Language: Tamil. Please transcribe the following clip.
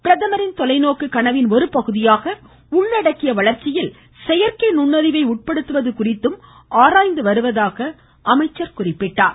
பிரதமரின் தொலைநோக்கு கனவின் ஒருபகுதியாக உள்ளடக்கிய வளர்ச்சியில் செயற்கை நுண்ணறிவை உட்படுத்துவது குறித்தும் ஆராய்ந்து வருவதாக அமைச்சர் தெரிவித்தார்